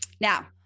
Now